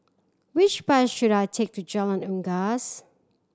which bus should I take to Jalan Unggas